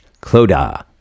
Clodagh